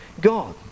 God